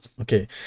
Okay